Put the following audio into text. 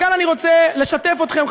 וכאן אני רוצה לשתף אתכם,